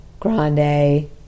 Grande